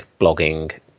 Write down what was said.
blogging